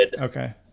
Okay